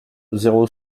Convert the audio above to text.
zéro